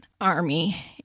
Army